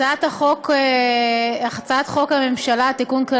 הצעת חוק הממשלה (תיקון,